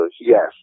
yes